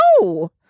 no